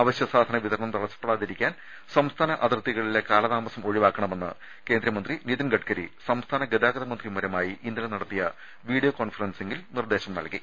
അവശ്യ സാധന വിതരണം തടസ്സപ്പെടാതിരിക്കാൻ സംസ്ഥാന അതിർത്തികളിലെ കാലതാമസം ഒഴിവാക്കണമെന്ന് കേന്ദ്രമന്ത്രി നിതിൻ ഗഡ്ഗരി സംസ്ഥാന ഗതാഗത മന്ത്രിമാരുമായി ഇന്നലെ നടത്തിയ വീഡിയോ കോൺഫറൻസിങ്ങിൽ നിർദേശം നൽകി